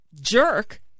jerk